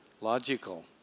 logical